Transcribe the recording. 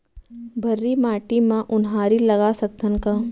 भर्री माटी म उनहारी लगा सकथन का?